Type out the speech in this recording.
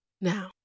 Now